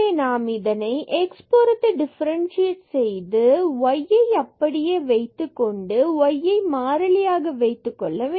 நாம் இதைப் x பொருத்த டிஃபரண்ட்சியேட் செய்தால் y அப்படியே வைத்துக்கொண்டு y என்பதை மாறிலியாக வைத்துக் கொள்ள வேண்டும்